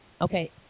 Okay